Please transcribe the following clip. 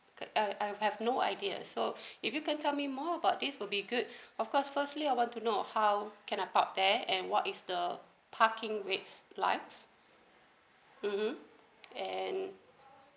I I I have no idea so if you can tell me more about this would be good of course firstly I want to know how can I park there and what is the parking rates likes mmhmm and